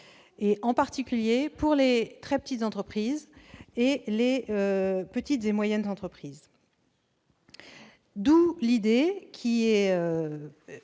en particulier pour les très petites entreprises et les petites et moyennes entreprises. C'est